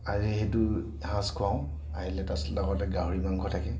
সেইটো সাজ খুৱাওঁ আহিলে তাৰ পিছতে লগতে গাহৰি মাংস থাকে